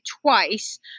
twice